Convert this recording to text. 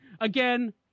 Again